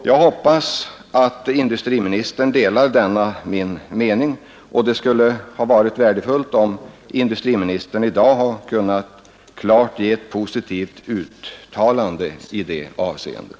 Jag hoppas att industriministern delar denna min mening, och det skulle ha varit värdefullt om industriministern i dag kunnat göra ett klart positivt uttalande i det avseendet.